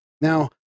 Now